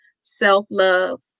self-love